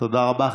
תודה רבה.